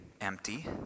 empty